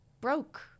broke